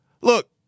Look